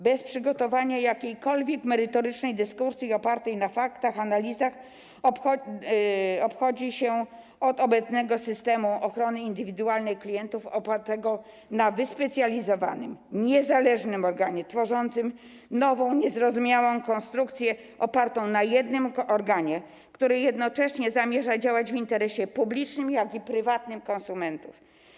Bez przygotowania i jakiejkolwiek merytorycznej dyskusji, opartej na faktach, analizach, odchodzi się od obecnego systemu ochrony indywidualnej klientów, opartego na wyspecjalizowanym, niezależnym organie, tworząc nową, niezrozumiałą konstrukcję, opartą na jednym organie, która jednocześnie zamierza działać w interesie zarówno publicznym, jak i prywatnym, konsumentów.